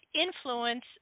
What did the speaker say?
influence